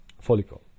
follicle